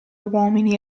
uomini